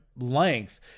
length